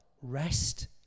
rest